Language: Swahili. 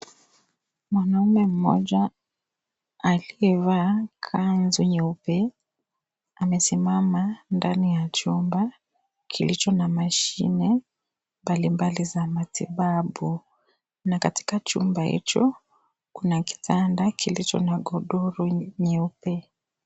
Mwanaume mmoja, aliyevaa kanzu nyeupe, amesimama ndani ya chumba kilicho na mashine mbalimbali za matibabu na katika chumba hicho, kuna kitanda kilicho na kodoro nyeupe.